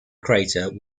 crater